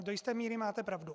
Do jisté míry máte pravdu.